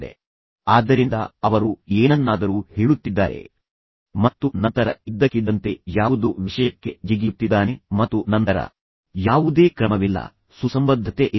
ಮಾತನಾಡುವವರು ಮಾತನಾಡುವ ಅಸಂಬದ್ಧ ವಿಧಾನವನ್ನು ಹೊಂದಿದ್ದಾರೆ ಆದ್ದರಿಂದ ಅವರು ಏನನ್ನಾದರೂ ಹೇಳುತ್ತಿದ್ದಾರೆ ಮತ್ತು ನಂತರ ಇದ್ದಕ್ಕಿದ್ದಂತೆ ಯಾವುದೋ ವಿಷಯಕ್ಕೆ ಜಿಗಿಯುತ್ತಿದ್ದಾನೆ ಮತ್ತು ನಂತರ ಯಾವುದೇ ಕ್ರಮವಿಲ್ಲ ಯಾವುದೇ ಸುಸಂಬದ್ಧತೆ ಇಲ್ಲ